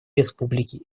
республики